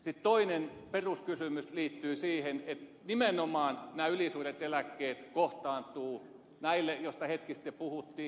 sitten toinen peruskysymys liittyy siihen että nimenomaan nämä ylisuuret eläkkeet kohtaantuvat näille joista hetki sitten puhuttiin